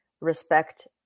respect